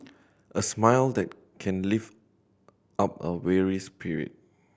a smile that can lift up a weary spirit